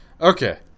Okay